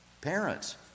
parents